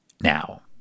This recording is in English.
Now